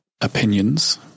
opinions